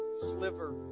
sliver